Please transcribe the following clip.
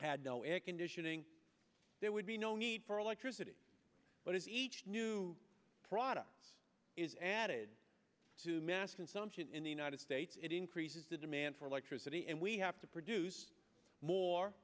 had no air conditioning there would be no need for electricity but as each new product is added to mass consumption in the united states it increases the demand for electricity and we have to produce more